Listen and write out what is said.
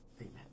amen